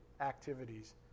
activities